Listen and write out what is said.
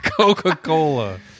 Coca-Cola